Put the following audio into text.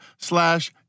slash